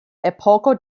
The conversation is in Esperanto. epoko